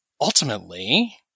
ultimately